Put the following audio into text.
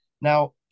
Now